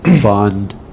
fund